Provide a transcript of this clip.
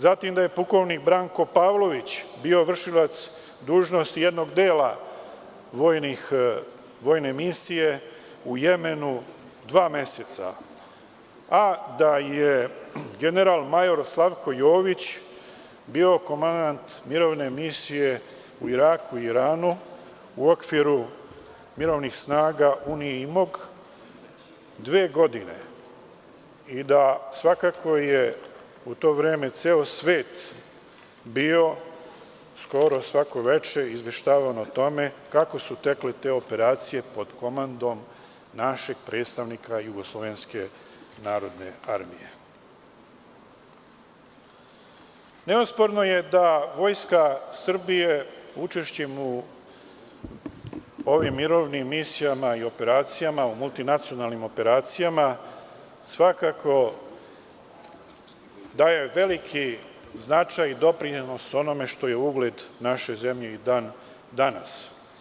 Zatim da je pukovnik Branko Pavlović bio v.d. jednog dela vojne misije u Jemenu dva meseca, a da je general major Slavko Jović bio komandant mirovne misije u Iraku i Iranu u okviru mirovnih snaga dve godine i da je svako u to vreme ceo svet bio skoro svako veče izveštavan o tome kako su tekle te operacije pod komandom našeg predstavnika JNA, Neosporno je da Vojska Srbije učešćem u ovim mirovnim misijama i operacijama, u multinacionalnim operacijama svako daje veliki značaj i doprinos onome što je ugled naše zemlje danas.